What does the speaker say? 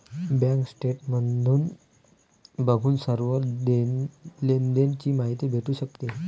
bank statement बघून सर्व लेनदेण ची माहिती भेटू शकते